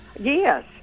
Yes